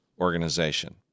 organization